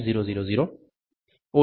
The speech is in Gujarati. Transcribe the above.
000 50